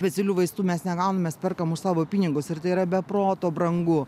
specialių vaistų mes negaunam mes perkam už savo pinigus ir tai yra be proto brangu